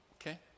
Okay